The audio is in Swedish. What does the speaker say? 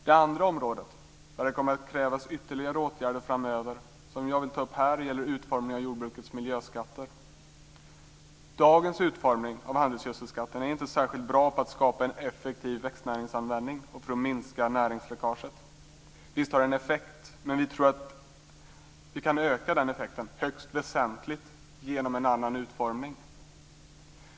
Det andra området där det kommer att krävas ytterligare åtgärder framöver och som jag vill ta upp här gäller utformningen av jordbrukets miljöskatter. Dagens utformning av handelsgödselskatten är inte särskilt bra för att skapa en effektiv växtnäringsanvändning och för att minska näringsläckaget. Visst har den effekt, men vi tror att vi kan öka den effekten högst väsentligt genom en annan utformning.